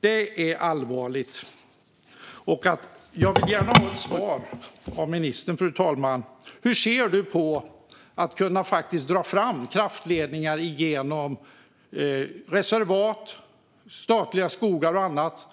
Det är allvarligt. Fru talman! Jag vill gärna ha ett svar från ministern. Hur ser ministern på att kunna dra kraftledningar genom reservat, statliga skogar och annat?